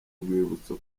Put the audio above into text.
rwibutso